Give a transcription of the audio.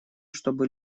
чтобы